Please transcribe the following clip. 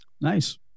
Nice